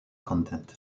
content